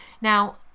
Now